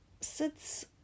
sits